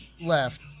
left